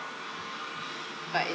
but it's